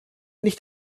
nicht